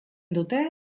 dute